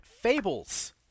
fables